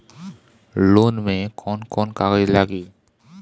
Loan में कौन कौन कागज लागी?